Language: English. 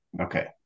okay